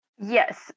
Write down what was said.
Yes